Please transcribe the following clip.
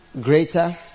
greater